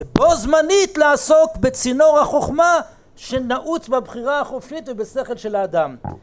בו זמנית לעסוק בצינור החוכמה שנעוץ בבחירה החופשית ובשכל של האדם